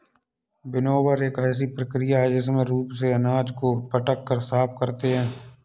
winnower एक ऐसी प्रक्रिया है जिसमें रूप से अनाज को पटक कर साफ करते हैं